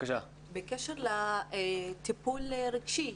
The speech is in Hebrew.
בקשר לטיפול הרגשי,